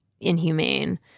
inhumane